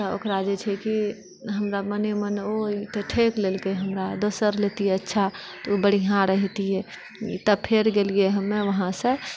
तऽ ओकरा जे छै कि हमरा मने मन होयत ई तऽ ठकि लेलके हमरा दोसर लैतियै अच्छा तऽ ओ बढ़िआँ रहितियै तऽ फेर गेलियै हमे वहाँसँ